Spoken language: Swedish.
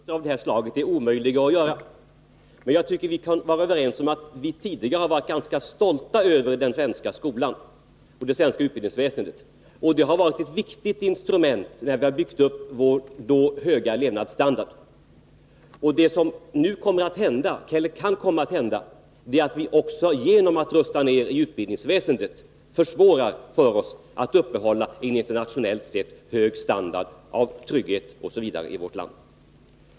Herr talman! Internationella jämförelser av det här slaget är omöjliga att göra. Men jag tycker att vi kan vara överens om att vi tidigare har varit ganska stolta över den svenska skolan och det svenska utbildningsväsendet. Det har varit ett viktigt instrument när vi byggt upp vår höga levnadsstandard. Det som nu kan komma att hända är att vi också genom att rusta ned inom utbildningsväsendet försvårar för oss att upprätthålla en internationellt sett hög standard av trygghet m.m. i vårt land.